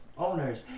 owners